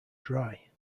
dry